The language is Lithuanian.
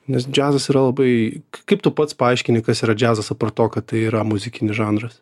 nes džiazas yra labai kaip tu pats paaiškini kas yra džiazas apart to kad tai yra muzikinis žanras